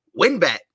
WinBet